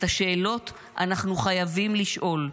את השאלות אנחנו חייבים לשאול,